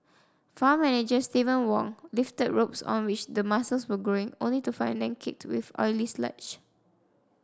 farm manager Steven Wong lifted ropes on which the mussels were growing only to find them caked with oily sludge